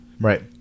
Right